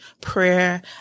prayer